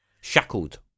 shackled